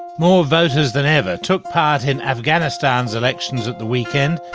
more voters than ever took part in afghanistan's elections at the weekend,